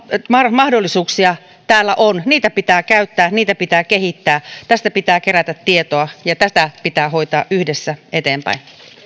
mahdollisuuksia täällä on niitä pitää käyttää niitä pitää kehittää tästä pitää kerätä tietoa ja tätä pitää hoitaa yhdessä eteenpäin